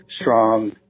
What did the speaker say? strong